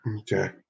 Okay